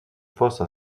fosse